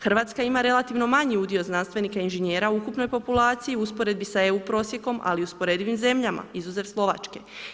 Hrvatska ima relativno manji udio znanstvenika i inženjera u ukupnoj populaciji u usporedbi sa EU prosjekom, ali usporedivim zemljama, izuzev Slovačke.